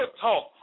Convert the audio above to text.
talk